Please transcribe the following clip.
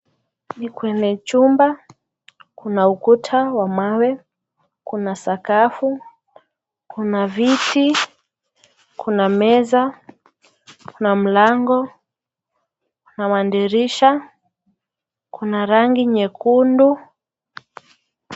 Ni kwenye chumba, kuna ukuta wa mawe, kuna sakafu, kuna viti, kuna meza, kuna mlango na madirisha kuna rangi nyekundu.